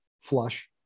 Flush